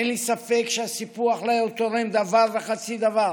אין לי ספק שהסיפוח לא היה תורם דבר וחצי דבר